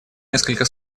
несколько